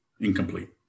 incomplete